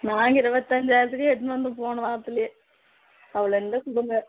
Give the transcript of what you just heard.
நான் இருபத்தஞ்சாயிரத்துலே எடுத்துன்னு வந்தோம் போன வாரத்திலே அவ்வளோ இருந்தால் கொடுங்க